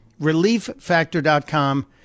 Relieffactor.com